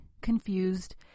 confused